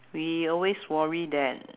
we always worry that